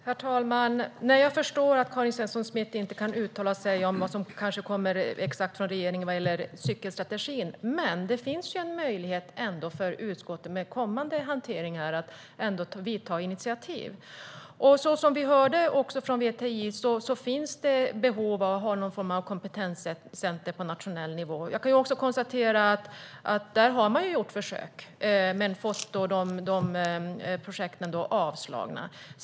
Herr talman! Nej, jag förstår att Karin Svensson Smith inte kan uttala sig om exakt vad som kommer från regeringen när det gäller cykelstrategin, men det finns ändå en möjlighet för utskottet att ta initiativ i kommande hanteringar. Som vi hörde från VTI finns det ett behov av någon form av kompetenscenter på nationell nivå. Det har gjorts försök, men projekten har avslagits.